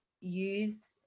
use